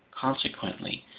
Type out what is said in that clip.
consequently,